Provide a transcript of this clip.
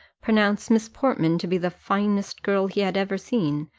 pronounced miss portman to be the finest girl he had ever seen,